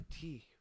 tea